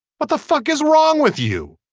but the fuck is wrong with you.